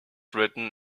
written